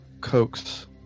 coax